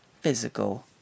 Physical